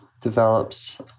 develops